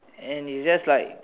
and it's just like